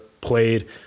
played